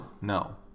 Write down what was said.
No